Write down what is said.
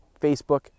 Facebook